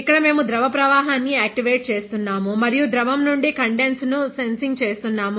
ఇక్కడ మేము ద్రవ ప్రవాహాన్ని యాక్టివేట్ చేస్తున్నాము మరియు ద్రవం నుండి కండెన్స్ ను సెన్సింగ్ చేస్తున్నాము